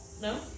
No